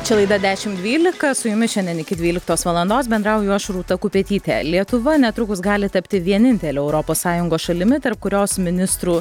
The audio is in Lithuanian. čia laida dešim dvylika su jumis šiandien iki dvyliktos valandos bendrauju aš rūta kupetytė lietuva netrukus gali tapti vienintele europos sąjungos šalimi tarp kurios ministrų